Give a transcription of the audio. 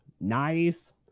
Nice